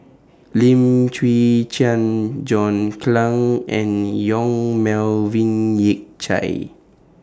Lim Chwee Chian John Clang and Yong Melvin Yik Chye